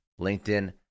LinkedIn